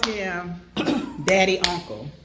yeah daddyuncle.